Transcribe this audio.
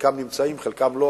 חלקם נמצאים וחלקם לא,